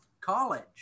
college